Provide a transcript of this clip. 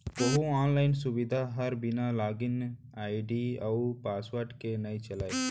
कोहूँ आनलाइन सुबिधा हर बिना लॉगिन आईडी अउ पासवर्ड के नइ चलय